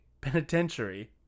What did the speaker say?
Penitentiary